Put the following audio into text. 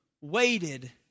waited